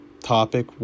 topic